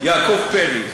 יעקב פרי.